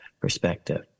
perspective